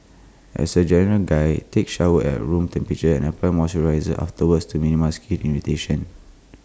as A general guide take showers at room temperature and apply moisturiser afterwards to minimise skin irritation